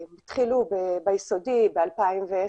אם התחילו ביסודי, ב-2010,